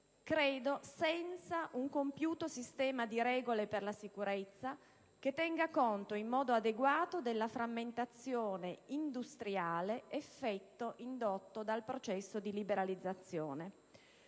senza un compiuto sistema di regole per la sicurezza che tenga conto in modo adeguato della frammentazione industriale, effetto indotto dal processo di liberalizzazione.